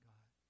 God